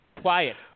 Quiet